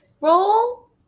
roll